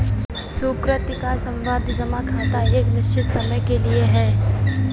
सुकृति का सावधि जमा खाता एक निश्चित समय के लिए है